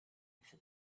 for